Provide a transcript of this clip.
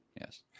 yes